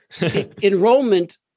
Enrollment